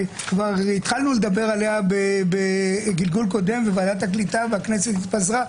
וכבר התחלנו לדבר עליה בגלגול קודם בוועדת הקליטה והכנסת התפזרה,